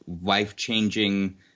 life-changing